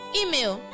email